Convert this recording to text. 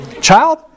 Child